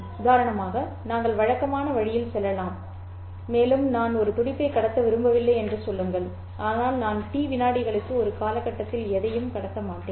உதாரணமாக நீங்கள் வழக்கமான வழியில் செல்லலாம் மேலும் நான் ஒரு துடிப்பை கடத்த விரும்பவில்லை என்று சொல்லுங்கள் ஆனால் நான் டி வினாடிகளுக்கு ஒரு காலகட்டத்தில் எதையும் கடத்த மாட்டேன்